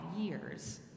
years